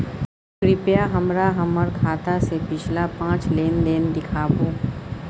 कृपया हमरा हमर खाता से पिछला पांच लेन देन देखाबु